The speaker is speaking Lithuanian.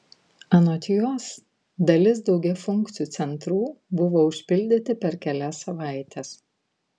anot jos dalis daugiafunkcių centrų buvo užpildyti per kelias savaites